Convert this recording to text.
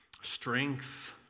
strength